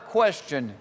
question